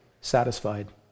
Satisfied